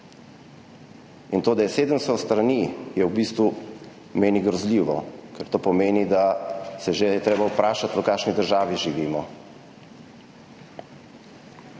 To, da je 700 strani, je v bistvu zame grozljivo, ker to pomeni, da se je že treba vprašati, v kakšni državi živimo.